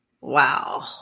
Wow